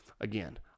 Again